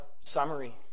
summary